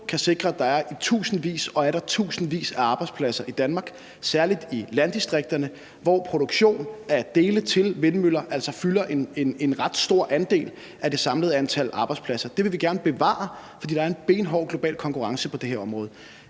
kan sikre, at der er tusindvis og atter tusindvis af arbejdspladser i Danmark, særlig i landdistrikterne, hvor produktion af dele til vindmøller altså fylder en ret stor andel af det samlede antal arbejdspladser. Det vil vi gerne bevare, for der er en benhård global konkurrence på det her område.